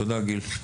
תודה גיל.